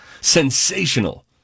Sensational